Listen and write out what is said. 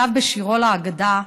שכתב בשירו "להגדה":